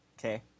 okay